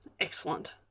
Excellent